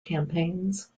campaigns